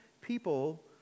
people